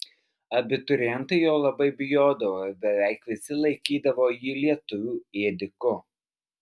abiturientai jo labai bijodavo ir beveik visi laikydavo jį lietuvių ėdiku